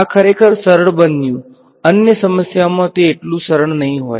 આ ખરેખર સરળ બન્યું અન્ય સમસ્યાઓમાં તે એટલું સરળ નહીં હોય